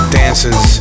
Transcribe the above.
dancers